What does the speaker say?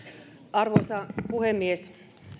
arvoisa puhemies